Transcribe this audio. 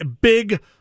big